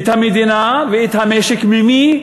את המדינה ואת המשק, ממי?